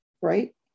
Right